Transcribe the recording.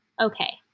okay